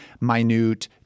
minute